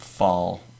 fall